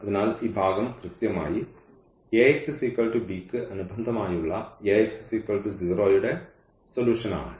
അതിനാൽ ഈ ഭാഗം കൃത്യമായി ക്ക് അനുബന്ധമായുള്ള യുടെ സൊലൂഷൻ ആണ്